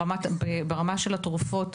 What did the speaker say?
פירוט ברמת התרופות,